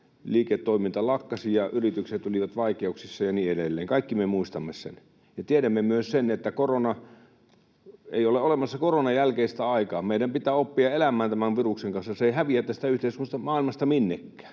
liiketoiminta lakkasi, yritykset olivat vaikeuksissa, ja niin edelleen. Kaikki me muistamme sen. Tiedämme myös, että ei ole olemassa koronan jälkeistä aikaa. Meidän pitää oppia elämään tämän viruksen kanssa. Se ei häviä tästä yhteiskunnasta ja maailmasta minnekään.